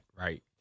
right